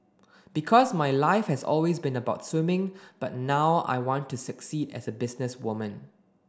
because my life has always been about swimming but now I want to succeed as a businesswoman